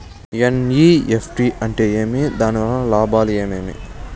NEFT అంటే ఏమి? దాని వలన లాభాలు ఏమేమి